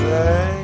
Say